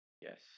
Yes